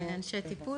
אנשי טיפול,